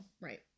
Right